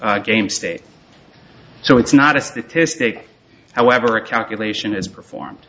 game state so it's not a statistic however a calculation is performed